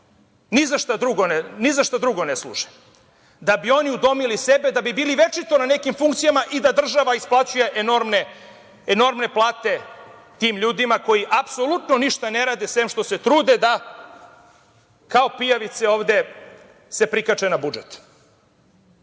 ni za šta drugo ne služe, da bi oni udomili sebe, da bi bili večito na nekim funkcijama i da država isplaćuje enormne plate tim ljudima koji apsolutno ništa ne rade, sem što se trude da kao pijavice ovde se prikače na